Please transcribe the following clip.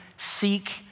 Seek